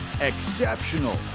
Exceptional